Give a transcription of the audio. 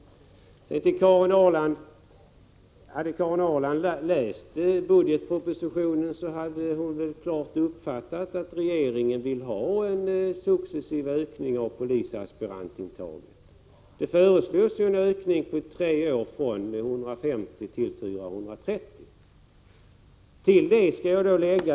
Sedan till Karin Ahrland. Hade Karin Ahrland läst budgetpropositionen hade hon uppfattat att regeringen vill ha en successiv ökning av polisaspirantintaget. Det föreslås en ökning från 150 till 430 på tre år.